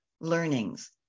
learnings